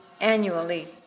annually